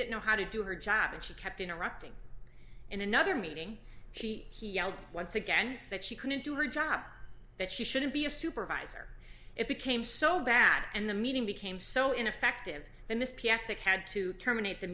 didn't know how to do her job and she kept interrupting in another meeting she he yelled once again that she couldn't do her job that she shouldn't be a supervisor it became so bad and the meeting became so ineffective in this p x it had to terminate the